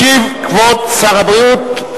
ישיב כבוד שר הבריאות,